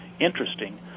interesting